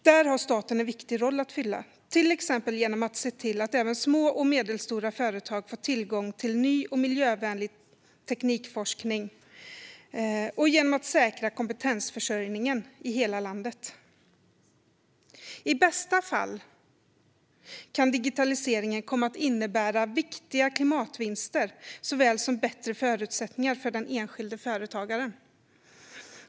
Där har staten en viktig roll att spela, till exempel genom att se till att även små och medelstora företag får tillgång till ny och miljövänlig teknikforskning och genom att säkra kompetensförsörjningen i hela landet. I bästa fall kan digitaliseringen komma att innebära viktiga klimatvinster såväl som bättre förutsättningar för den enskilde företagaren.